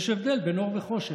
יש הבדל בין אור וחושך.